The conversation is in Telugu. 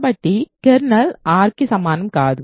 కాబట్టి కెర్నల్ R కి సమానం కాదు